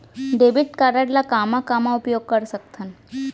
Debit card ला कामा कामा उपयोग कर सकथन?